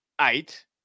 eight